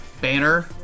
banner